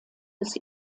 des